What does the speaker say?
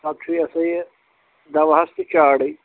پَتہٕ چھُ یا سا یہِ دواہَس تہِ چاڑٕے